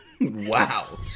wow